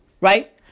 Right